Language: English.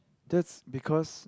that's because